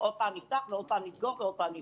עוד פעם נפתח ועוד פעם נסגור, ועוד פעם נפתח.